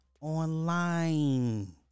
online